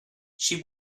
she